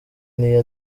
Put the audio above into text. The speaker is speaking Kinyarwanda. n’iyo